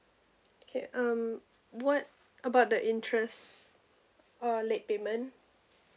okay um what about the interest or late payment